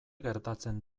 gertatzen